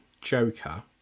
Joker